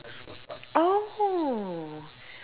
oh